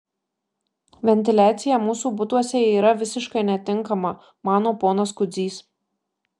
ventiliacija mūsų butuose yra visiškai netinkama mano ponas kudzys